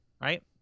Right